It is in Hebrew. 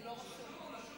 רשום, רשום.